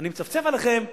אני מצפצף עליכם,